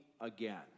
again